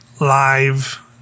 live